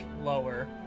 lower